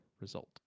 result